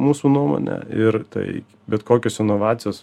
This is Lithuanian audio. mūsų nuomone ir tai bet kokios inovacijos